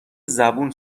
زبون